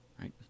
right